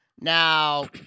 Now